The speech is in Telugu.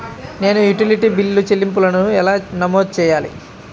నేను యుటిలిటీ బిల్లు చెల్లింపులను ఎలా నమోదు చేయాలి?